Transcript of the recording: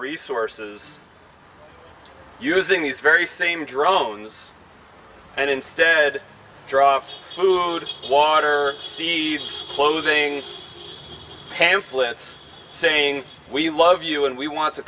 resources using these very same drones and instead dropped food water c s closings pamphlets saying we love you and we want to